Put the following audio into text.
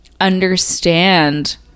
understand